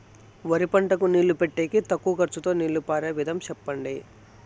వరి పంటకు నీళ్లు పెట్టేకి తక్కువ ఖర్చుతో నీళ్లు పారే విధం చెప్పండి?